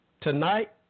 tonight